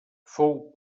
fou